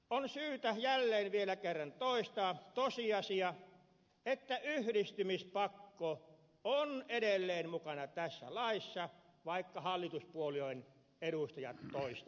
on syytä vielä kerran toistaa se tosiasia että yhdistymispakko on edelleen mukana tässä laissa vaikka hallituspuolueiden edustajat toista väittävätkin